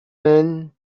men